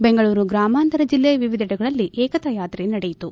ಬೆಂಗಳೂರು ಗ್ರಾಮಾಂತರ ಜಿಲ್ಲೆಯ ವಿವಿಧೆಡೆಗಳಲ್ಲಿ ಏಕತಾ ಯಾತ್ರೆ ನಡೆಯಿತು